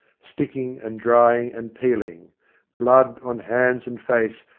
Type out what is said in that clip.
sticking and drying and peeling blood on hands and face,